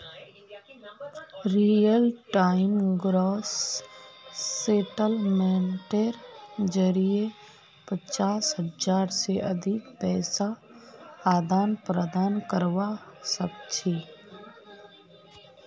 real time gross सेटलमेंटेर जरिये पचास हज़ार से अधिक पैसार आदान प्रदान करवा सक छी